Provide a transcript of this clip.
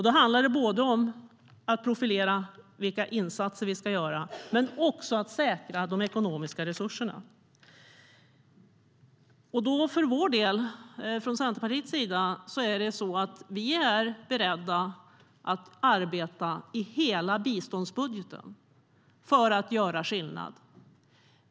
Då handlar det om att profilera vilka insatser vi ska göra men också om att säkra de ekonomiska resurserna. Vi från Centerpartiets sida är beredda att arbeta i hela biståndsbudgeten för att göra skillnad.